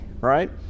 right